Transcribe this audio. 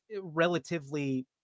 relatively